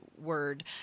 word